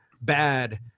bad